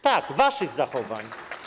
Tak, waszych zachowań.